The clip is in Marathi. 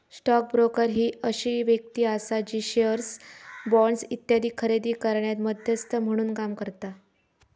स्टॉक ब्रोकर ही अशी व्यक्ती आसा जी शेअर्स, बॉण्ड्स इत्यादी खरेदी करण्यात मध्यस्थ म्हणून काम करता